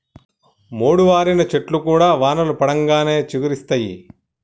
మోడువారిన చెట్లు కూడా వానలు పడంగానే చిగురిస్తయి